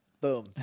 Boom